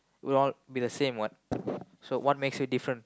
we'll all be the same what so what makes you different